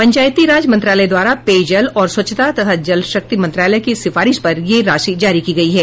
पंचायती राज मंत्रालय द्वारा पेयजल और स्वच्छता तथा जल शक्ति मंत्रालय की सिफारिश पर यह राशि जारी की गई है